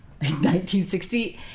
1960